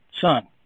Son